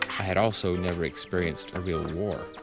had also never experienced a real war.